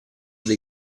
dei